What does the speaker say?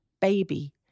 baby